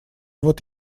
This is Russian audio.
вот